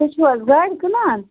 تُہۍ چھِو حظ گاڑِ کٕنان